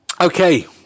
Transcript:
okay